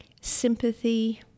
sympathy